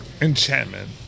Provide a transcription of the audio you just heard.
Enchantment